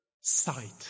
sight